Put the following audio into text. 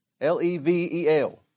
L-E-V-E-L